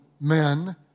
men